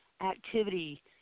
activity